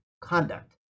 conduct